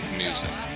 music